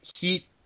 Heat